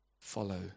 follow